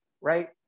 right